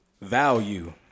Value